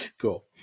cool